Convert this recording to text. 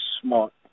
smart